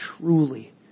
truly